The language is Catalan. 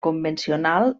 convencional